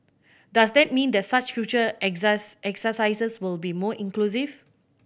does that mean that such future exercise exercises will be more inclusive